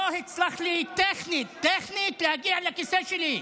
לא הצלחתי טכנית, טכנית, להגיע לכיסא שלי.